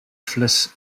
fles